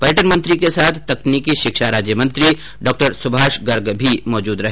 पर्यटन मंत्री के साथ तकनीकी शिक्षा मंत्री डॉ सुभाष गर्ग भी मौजूद रहे